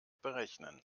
berechnen